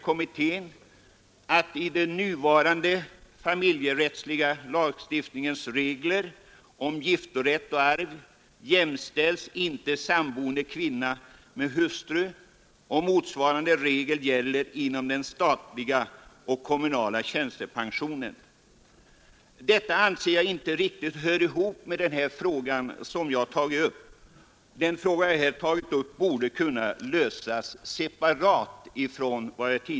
Kommittén säger vidare att i den nuvarande familjerättsliga lagstiftningens regler om giftorätt och arv jämställs inte samboende kvinna med hustru, och motsvarande regler gäller inom den statliga och kommunala tjänstepensioneringen. Jag anser inte att detta riktigt hör ihop med den fråga som jag har avsett med min motion. Den fråga som jag har tagit upp borde kunna lösas separat.